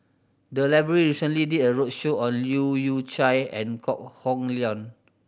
the library recently did a roadshow on Leu Yew Chye and Kok Hong Leun